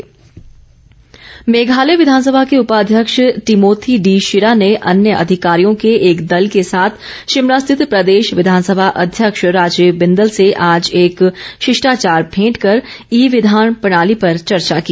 बिंदल मेघालय विधानसभा के उपाध्यक्ष टिमोथी डी शिरा ने अन्य अधिकारियों के एक दल के साथ शिमला स्थित प्रदेश विधानसभा अध्यक्ष राजीव बिंदल से आज एक शिष्टाचार भेंट कर ई विधान प्रणाली पर चर्चा की